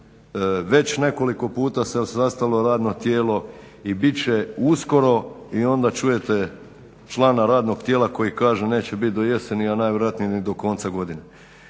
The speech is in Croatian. već nekoliko puta se sastalo radno tijelo i bit će uskoro i onda čujete člana radnog tijela koji kaže neće biti do jeseni, a najvjerojatnije ni do konca godine.